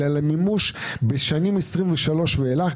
אלא למימוש בשנים 23' ואילך,